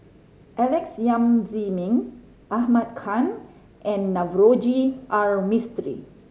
Alex Yam Ziming Ahmad Khan and Navroji R Mistri